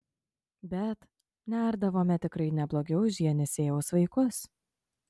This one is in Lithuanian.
bet nerdavome tikrai neblogiau už jenisejaus vaikus